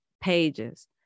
pages